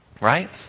right